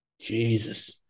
jesus